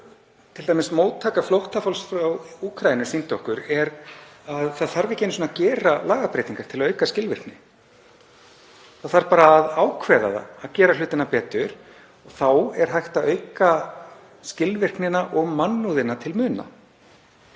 sem t.d. móttaka flóttafólks frá Úkraínu sýndi okkur er að það þarf ekki einu sinni að gera lagabreytingar til að auka skilvirkni. Það þarf bara að ákveða að gera hlutina betur og þá er hægt að auka skilvirknina og mannúðina til muna.